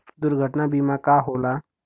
दुर्घटना बीमा का होला?